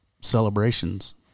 celebrations